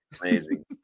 Amazing